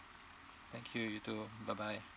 thank you you too bye bye